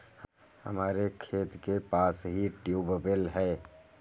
हमारे खेत के पास ही ट्यूबवेल है